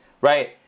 right